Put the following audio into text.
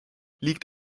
liegt